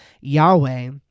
Yahweh